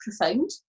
profound